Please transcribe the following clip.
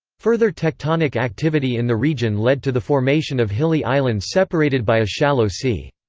further tectonic activity in the region led to the formation of hilly islands separated by a shallow sea.